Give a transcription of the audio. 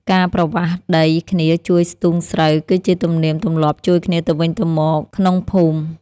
ការប្រវាស់ដៃគ្នាជួយស្ទូងស្រូវ គឺជាទំនៀមទម្លាប់ជួយគ្នាទៅវិញទៅមកក្នុងភូមិ។